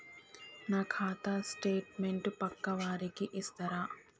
నా ఖాతా స్టేట్మెంట్ పక్కా వారికి ఇస్తరా?